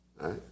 Right